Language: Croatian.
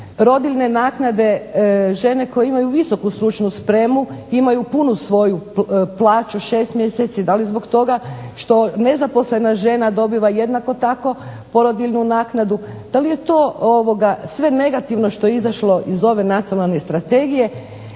rodiljne naknade žene koje imaju visoku stručnu spremu imaju punu svoju plaću 6 mjeseci, da li zbog toga što nezaposlena žena dobiva porodiljnu naknadu, da li je to sve negativno što je izašlo iz ove nacionalne strategije.